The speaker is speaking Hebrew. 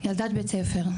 ילדת בית ספר,